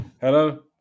Hello